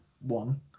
one